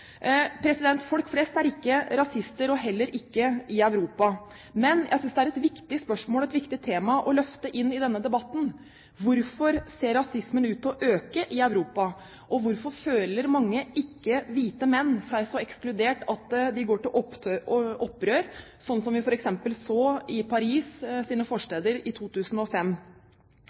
et viktig spørsmål og et viktig tema å løfte inn i denne debatten: Hvorfor ser rasismen ut til å øke i Europa? Hvorfor føler mange ikke-hvite menn seg så ekskludert at de går til opprør, sånn som vi f.eks. så i Paris’ forsteder i 2005?